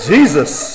Jesus